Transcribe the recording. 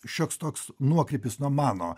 šioks toks nuokrypis nuo mano